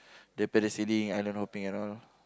then parasailing island hopping around